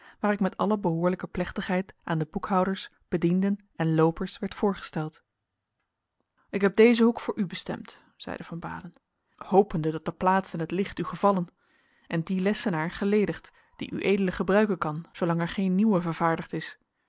waar ik met alle behoorlijke plechtigheid aan de boekhouders bedienden en loopers werd voorgesteld ik heb dezen hoek voor u bestemd zeide van baalen hopende dat de plaats en het licht u gevallen en dien lessenaar geledigd dien ued gebruiken kan zoolang er geen nieuwen vervaardigd is